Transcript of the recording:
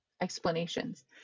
explanations